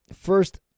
first